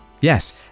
Yes